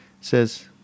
Says